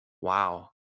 wow